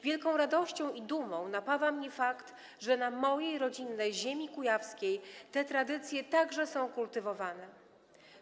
Wielką radością i dumą napawa mnie fakt, że na mojej rodzinnej ziemi kujawskiej te tradycje także są kultywowane.